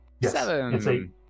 Seven